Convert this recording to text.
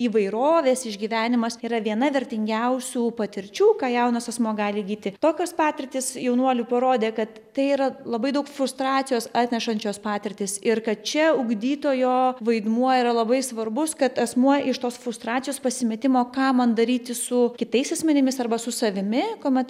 įvairovės išgyvenimas yra viena vertingiausių patirčių ką jaunas asmuo gali įgyti tokios patirtys jaunuolių parodė kad tai yra labai daug frustracijos atnešančios patirtys ir kad čia ugdytojo vaidmuo yra labai svarbus kad asmuo iš tos frustracijos pasimetimo ką man daryti su kitais asmenimis arba su savimi kuomet